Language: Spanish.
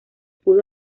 pudo